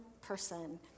person